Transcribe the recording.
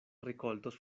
rikoltos